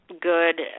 good